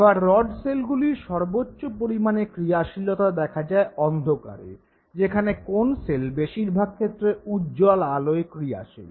আবার রড সেলগুলির সর্বোচ্চ পরিমাণে ক্রিয়াশীলতা দেখা যায় অন্ধকারে যেখানে কোণ সেল বেশিরভাগ ক্ষেত্রে উজ্জ্বল আলোয় ক্রিয়াশীল